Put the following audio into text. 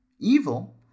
evil